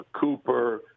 Cooper